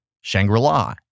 Shangri-La